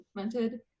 implemented